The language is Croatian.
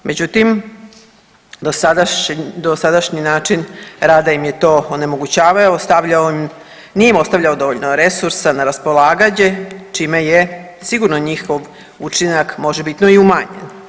Međutim, dosadašnji način rada im je to onemogućavao, stavljao im je, nije im ostavljao dovoljno resursa na raspolaganje čime je sigurno njihov učinak možebitno i umanjen.